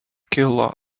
kilo